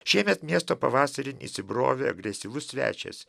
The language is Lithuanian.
šiemet miesto pavasaryn įsibrovė agresyvus svečias